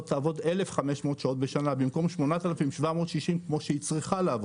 תעבוד 1,500 שעות בשנה במקום 8,760 כמו שהיא צריכה לעבוד,